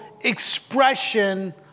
expression